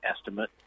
estimate